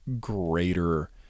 greater